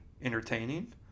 entertaining